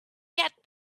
get